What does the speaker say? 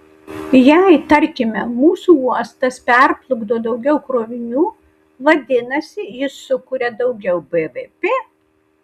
jei tarkime mūsų uostas perplukdo daugiau krovinių vadinasi jis sukuria daugiau bvp